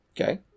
Okay